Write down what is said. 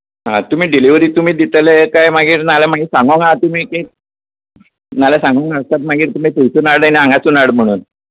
आं डिलिव्हरी तुमी डिलिव्हरी तुमीच दितले काय ना जाल्यार मागीर सांगूंक आहा तुमी तें ना जाल्यार सांगूंक आहा तुमी तें दिवचें नाजाल्यार हांगाच सावन हाड म्हणून